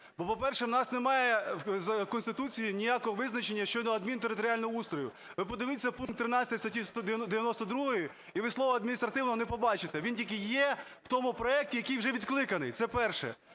Бо, по-перше, у нас немає в Конституції ніякого визначення щодо адмінтериторіального устрою. Ви подивіться пункт 13 статті 92, і ви слово "адміністративного" не побачите. Він тільки є в тому проекті, який вже відкликаний. Це перше.